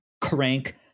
crank